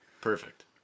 Perfect